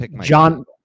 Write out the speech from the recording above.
John